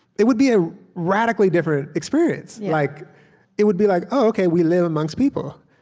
it would be a radically different experience. like it would be like, oh, ok we live amongst people.